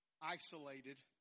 isolated